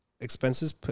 expenses